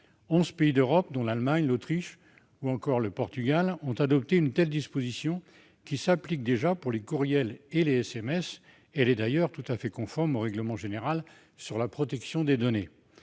pays d'Europe, dont l'Allemagne, l'Autriche ou encore le Portugal, ont adopté une telle disposition, qui s'applique déjà pour les courriels et les SMS- elle est d'ailleurs tout à fait conforme au règlement général sur la protection des données.